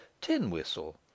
Tin-Whistle